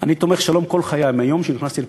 אני תומך שלום כל חיי, מהיום שנכנסתי לפוליטיקה,